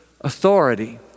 authority